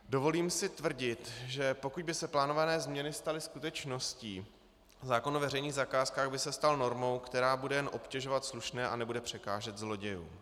Dovolím si tvrdit, že pokud by se plánované změny staly skutečností, zákon o veřejných zakázkách by se stal normou, která bude jen obtěžovat slušné a nebude překážet zlodějům.